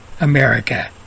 America